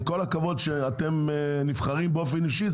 עם כל הכבוד שאתן נבחרות באופן אישי,